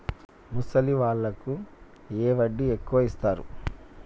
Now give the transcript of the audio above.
ముసలి వాళ్ళకు ఏ వడ్డీ ఎక్కువ ఇస్తారు?